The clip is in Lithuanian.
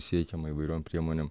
siekiama įvairiom priemonėm